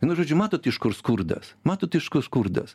vienu žodžiu matot iš kur skurdas matot iš kur skurdas